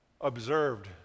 observed